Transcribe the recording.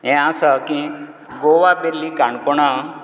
हें आसा की गोवा बेल्ली काणकोणा